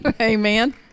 amen